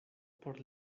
por